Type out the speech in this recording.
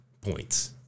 points